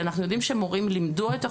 שאנחנו יודעים שמורים לימדו את החומר,